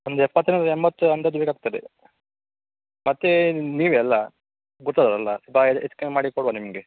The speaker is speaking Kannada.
ಒಂದು ಎಪ್ಪತ್ತರಿಂದ ಎಂಭತ್ತು ಅಂದಾಜು ಬೇಕಾಗ್ತದೆ ಮತ್ತು ನೀವೇ ಅಲ್ವಾ ಗುರ್ತದವರಲ್ಲ ಬಾ ಹೆಚ್ಚು ಕಮ್ಮಿ ಮಾಡಿಕೊಡುವ ನಿಮಗೆ